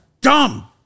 dumb